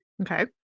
Okay